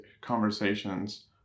conversations